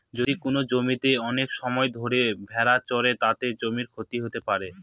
যদি কোনো জমিতে অনেক সময় ধরে ভেড়া চড়ে, তাতে জমির ক্ষতি হতে পারে